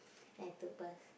then I took bus